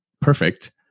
Perfect